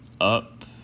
up